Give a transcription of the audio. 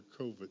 COVID